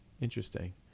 interesting